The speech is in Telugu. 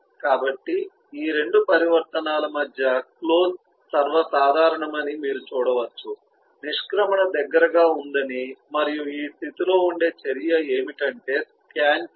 కాబట్టి ఈ రెండు పరివర్తనాల మధ్య క్లోజ్ సర్వసాధారణమని మీరు చూడవచ్చు నిష్క్రమణ దగ్గరగా ఉందని మరియు ఈ స్థితిలో ఉండే చర్య ఏమిటంటే స్కాన్ కీలు